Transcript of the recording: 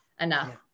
enough